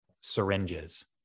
syringes